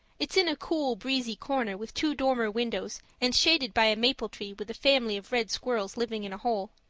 it's in a cool, breezy corner with two dormer windows, and shaded by a maple tree with a family of red squirrels living in a hole.